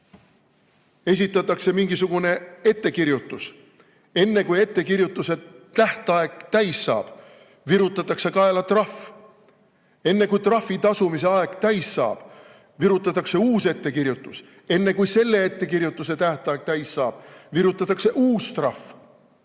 Esitatakse mingisugune ettekirjutus. Enne kui ettekirjutuse tähtaeg täis saab, virutatakse kaela trahv. Enne kui trahvi tasumise aeg täis saab, virutatakse uus ettekirjutus. Enne kui selle ettekirjutuse tähtaeg täis saab, virutatakse uus trahv.